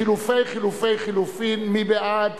לחלופי חלופין, מי בעד,